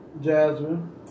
Jasmine